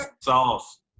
sauce